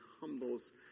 humbles